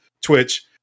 Twitch